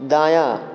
दायाँ